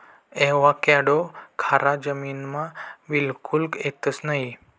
avocado खारा जमीनमा बिलकुल येतंस नयी